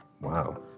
Wow